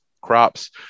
Crops